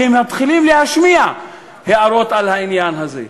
והם מתחילים להשמיע הערות על העניין הזה.